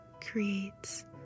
creates